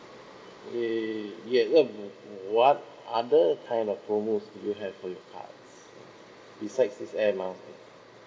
y~ yet when what other kind of promos do you have for your cards besides this air miles